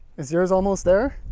is yours almost there?